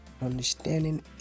Understanding